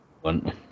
one